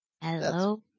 Hello